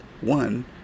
One